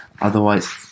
Otherwise